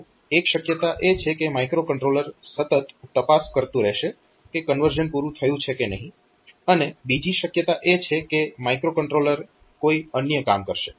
તો એક શક્યતા એ છે કે માઇક્રોકન્ટ્રોલર સતત તપાસ કરતું રહેશે કે કન્વર્ઝન પૂરું થયું છે કે નહીં અને બીજી શક્યતા એ છે કે માઇક્રોકન્ટ્રોલર કોઈ અન્ય કામ કરશે